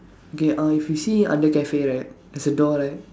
okay uh if you see on the cafe right there's a door right